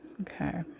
okay